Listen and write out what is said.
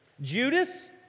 Judas